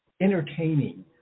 entertaining